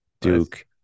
Duke